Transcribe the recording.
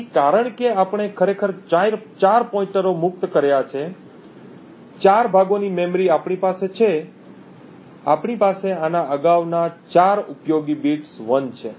અહીં કારણ કે આપણે ખરેખર 4 પોઇંટરો મુક્ત કર્યા છે 4 ભાગોની મેમરી આપણી પાસે છે આપણી પાસે આના અગાઉના 4 ઉપયોગી બિટ્સ 1 છે